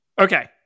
Okay